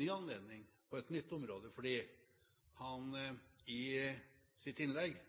ny anledning, på et nytt område. I sitt innlegg la han vekt på at Fremskrittspartiet vil fjerne ektefelleavkortingen innenfor pensjonssystemet og gjøre andre endringer i